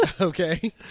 Okay